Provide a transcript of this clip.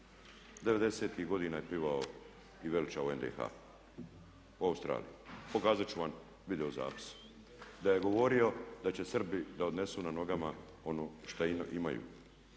90.-tih godina je pivao i veličao NDH u Australiji. Pokazat ću vam video zapis, da je govorio da će Srbi da odnesu na nogama ono što imaju,